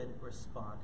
respond